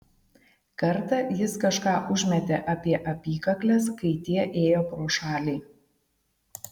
kartą jis kažką užmetė apie apykakles kai tie ėjo pro šalį